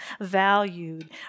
valued